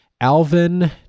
Alvin